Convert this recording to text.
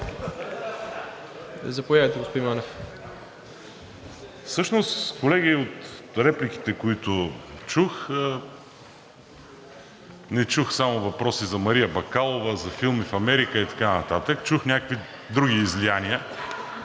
Заповядайте, господин Манев.